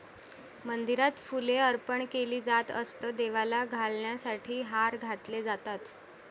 मंदिरात फुले अर्पण केली जात असत, देवाला घालण्यासाठी हार घातले जातात